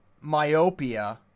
myopia